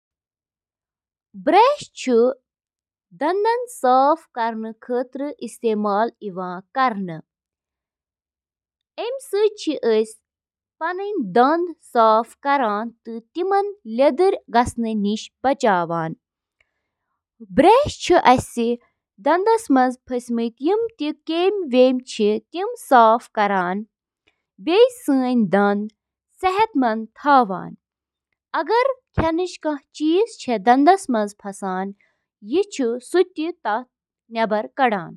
refrigerator چھِ fridge کِس أنٛدرِمِس حصہٕ پٮ۪ٹھ گرمی ہٹاونہٕ خٲطرٕ ریفریجرنٹُک بند نظام استعمال کٔرِتھ کٲم کران، یُس کھٮ۪ن تازٕ تھاوان چھُ: